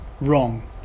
wrong